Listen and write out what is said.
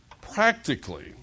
Practically